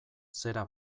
zera